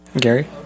Gary